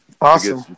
awesome